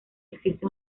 existe